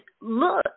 look